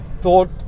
thought